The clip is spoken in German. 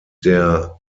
der